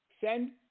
send